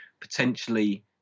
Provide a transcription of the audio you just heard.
potentially